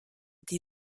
die